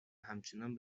همچنان